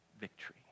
victory